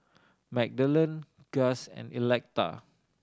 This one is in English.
Magdalen Gust and Electa